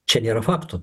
čia nėra faktų